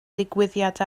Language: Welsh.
digwyddiad